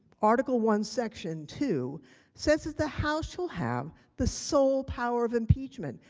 article one section two says the house will have the sole power of impeachment.